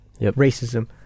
Racism